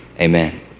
Amen